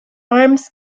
arms